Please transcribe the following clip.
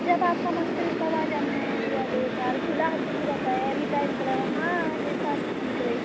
जब आपका मन करे तब आ जाना या दो चार खुला हर समय रहता है एनी टाइम खुला रह हाँ जैसा आपका मन करे